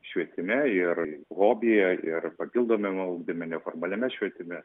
švietime ir hobyje ir papildomame ugdyme neformaliame švietime